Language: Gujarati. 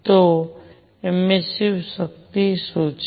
તો એમિસ્સીવ શક્તિ શું છે